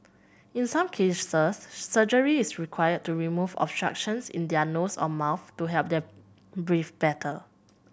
in some cases surgery is required to remove obstructions in their nose or mouth to help them breathe better